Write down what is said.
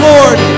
Lord